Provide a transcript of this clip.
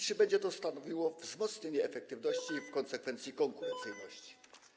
Czy będzie to stanowiło wzmocnienie efektywności i w konsekwencji konkurencyjności?